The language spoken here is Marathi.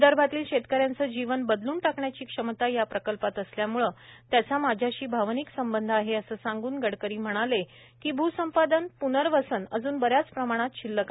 विदर्भातील शेतकऱ्याचे जीवन बदलून टाकण्याची क्षमता या प्रकल्पात असल्यामुळे त्याचा माझ्याशी भावनिक संबंध आहे असे सांगून गडकरी म्हणाले की भूसंपादन प्नर्वसन अजून बऱ्याच प्रमाणात शिल्लक आहे